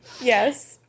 Yes